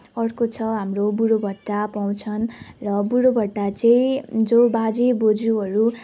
अर्को छ हाम्रो बुढो भत्ता पाउँछन् र बुढो भत्ता चाहिँ जो बाजे बोज्यूहरू